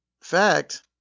fact